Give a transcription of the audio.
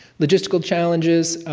logistical challenges,